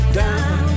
down